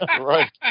right